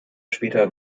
später